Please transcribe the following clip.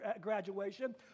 graduation